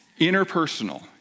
interpersonal